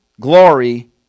glory